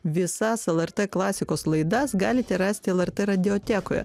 visas el er t klasikos laidas galite rasti el er t radijotekoje